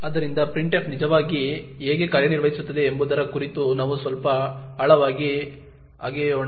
ಆದ್ದರಿಂದ printf ನಿಜವಾಗಿ ಹೇಗೆ ಕಾರ್ಯನಿರ್ವಹಿಸುತ್ತದೆ ಎಂಬುದರ ಕುರಿತು ನಾವು ಸ್ವಲ್ಪ ಆಳವಾಗಿ ಅಗೆಯೋಣ